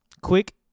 quick